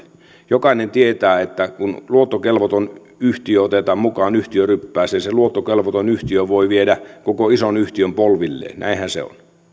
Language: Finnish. jokainen tietää että kun luottokelvoton yhtiö otetaan mukaan yhtiöryppääseen se luottokelvoton yhtiö voi viedä koko ison yhtiön polvilleen näinhän se on